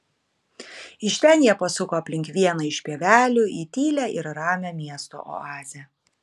iš ten jie pasuko aplink vieną iš pievelių į tylią ir ramią miesto oazę